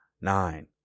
nine